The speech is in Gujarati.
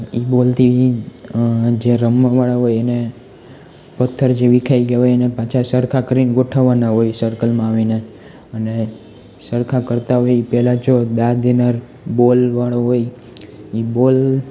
એ બોલથી જે રમવાવાળા હોય એને પથ્થર જે વીખાઈ ગયા હોય એને પાછા સરખા કરીન ગોઠવવાના હોય સર્કલમાં આવીને અને સરખા કરતાં હોય એ પેલા જો દા દેનાર બોલ વાળો હોય એ બોલ